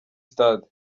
stade